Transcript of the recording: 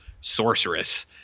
Sorceress